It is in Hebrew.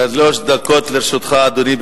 בבקשה, שלוש דקות לרשותך, אדוני.